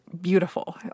beautiful